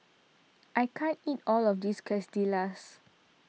I can't eat all of this Quesadillas